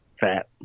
fat